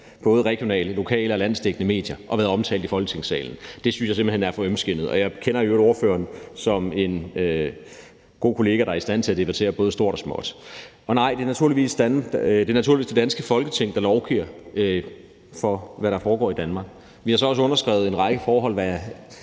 både regionale, lokale og landsdækkende medier og været omtalt i Folketingssalen. Så det synes jeg simpelt hen er for ømskindet. Og jeg kender i øvrigt ordføreren som en god kollega, der er i stand til at debattere både stort og småt. Nej, det er naturligvis det danske Folketing, der lovgiver om, hvad der foregår i Danmark. Vi har så også underskrevet en række forhold, der